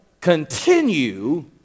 continue